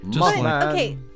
okay